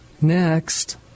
Next